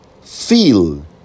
feel